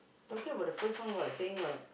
talking about the first one what saying what